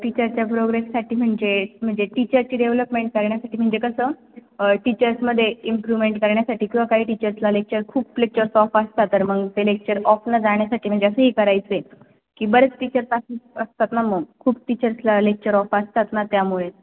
टीचरच्या प्रोग्रेससाठी म्हणजे म्हणजे टीचरची डेव्हलपमेंट करण्यासाठी म्हणजे कसं टीचर्समध्ये इम्प्रूव्हमेंट करण्यासाठी किंवा काही टीचर्सला लेक्चर खूप लेक्चर्स ऑफ असतात तर मग ते लेक्चर ऑफ ना जाण्यासाठी म्हणजे असं हे करायचं आहे की बरेच टीचर्स असतात ना मग खूप टीचर्सला लेक्चर ऑफ असतात ना त्यामुळेच